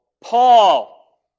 Paul